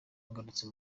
ngarutse